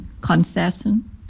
concession